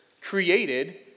Created